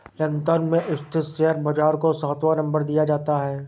London में स्थित share बाजार को सातवां नम्बर दिया जाता है